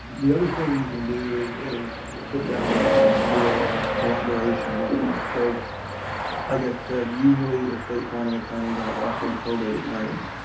the other thing you can do is is sit down and and do a collaboration with them. so like i said, usually estate planning attorneys are also probate attorneys.